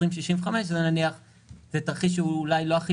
למשל עד 2065. זה תרחיש שהוא אולי לא הכי